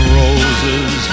roses